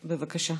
בבקשה.